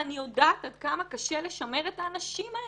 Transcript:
ואני יודעת עד כמה קשה לשמר את האנשים האלה.